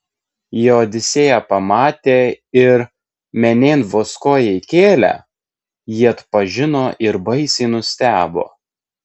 jie odisėją pamatė ir menėn vos koją įkėlę jį atpažino ir baisiai nustebo